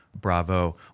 Bravo